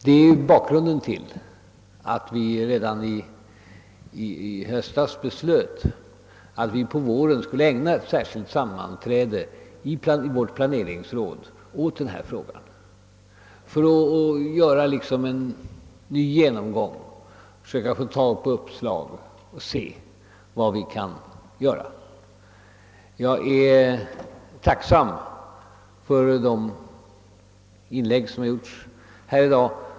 Detta är bakgrunden till att vi redan i höstas beslöt att på våren ägna ett särskilt sammanträde i planeringsrådet åt denna fråga för att göra en ny genomgång och försöka få uppslag till vad som är att göra. Jag är tacksam för de inlägg som har gjorts här i dag.